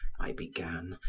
i began,